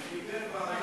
ההצעה להסיר